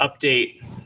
update